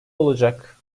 olacak